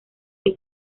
que